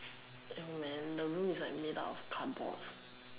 ya man the room is like made out of cardboards